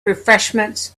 refreshments